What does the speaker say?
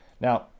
Now